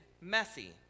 messy